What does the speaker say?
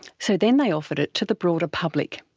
so then they offered it to the broader public.